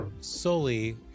solely